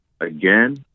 again